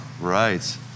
Right